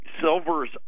silver's